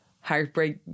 Heartbreak